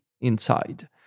inside